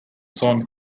sean